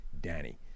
Danny